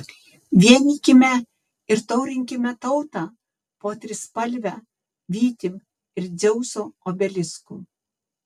vienykime ir taurinkime tautą po trispalve vytim ir dzeuso obelisku